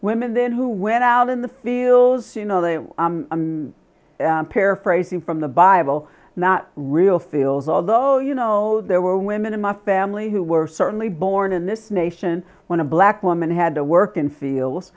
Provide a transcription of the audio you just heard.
women then who went out in the fields you know they were paraphrasing from the bible not real feels although you know there were women in my family who were certainly born in this nation when a black woman had to work in feels